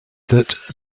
that